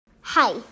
Hi